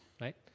right